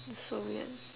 that's so weird